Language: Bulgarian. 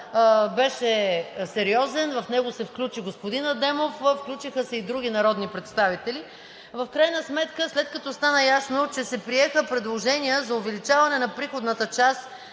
беше сериозен. В него се включи господин Адемов и други народни представители. В крайна сметка, след като стана ясно, че се приеха предложения за увеличаване на приходната част